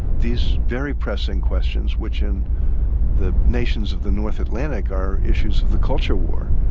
these very pressing questions, which in the nations of the north atlantic are issues of the culture war,